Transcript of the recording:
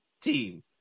team